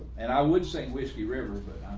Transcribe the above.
and i would say whiskey river, but